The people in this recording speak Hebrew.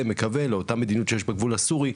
ומקווה לאותה מדיניות שיש בגבול הסורי,